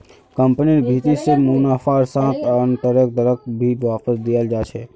कम्पनिर भीति से मुनाफार साथ आन्तरैक दरक भी वापस दियाल जा छे